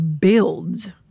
build